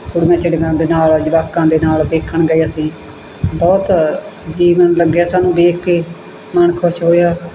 ਕੁੜੀਆਂ ਚਿੜੀਆਂ ਦੇ ਨਾਲ ਜਵਾਕਾਂ ਦੇ ਨਾਲ ਵੇਖਣ ਗਏ ਅਸੀਂ ਬਹੁਤ ਜੀਅ ਮੈਨੂੰ ਲੱਗਿਆ ਸਾਨੂੰ ਵੇਖ ਕੇ ਮਨ ਖੁਸ਼ ਹੋਇਆ